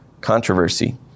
controversy